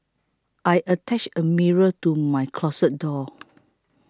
I attached a mirror to my closet door